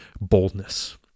boldness